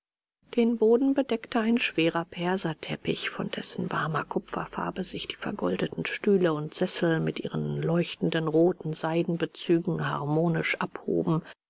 den boden bedeckte ein schwerer perserteppich von dessen warmer kupferfarbe sich die vergoldeten stühle und sessel mit ihren leuchtend roten seidenbezügen harmonisch abhoben